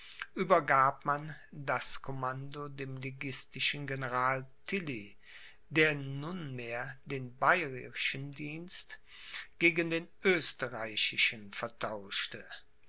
übergab man das commando dem liguistischen general tilly der nunmehr den bayerischen dienst gegen den österreichischen vertauschte